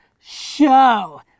Show